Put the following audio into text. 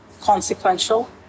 consequential